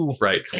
Right